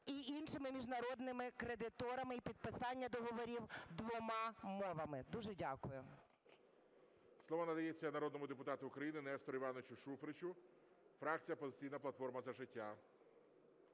і іншими міжнародними кредиторами і підписання договорів двома мовами. Дуже дякую. ГОЛОВУЮЧИЙ. Слово надається народному депутату України Нестору Івановичу Шуфричу, фракція "Опозиційна платформа - За життя".